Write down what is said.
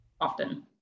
often